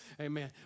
Amen